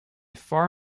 far